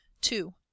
two